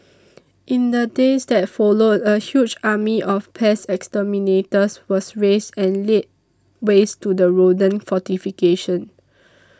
in the days that followed a huge army of pest exterminators was raised and laid waste to the rodent fortification